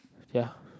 ya